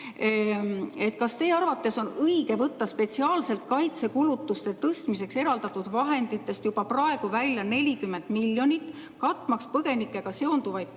kas teie arvates on õige võtta spetsiaalselt kaitsekulutuste tõstmiseks eraldatud vahenditest juba praegu välja 40 miljonit, katmaks põgenikega seonduvaid kulusid